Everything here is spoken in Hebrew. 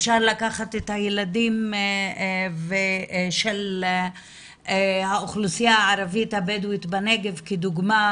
אפשר לקחת את הילדים של האוכלוסייה הערבית הבדואית בנגב כדוגמה